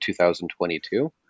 2022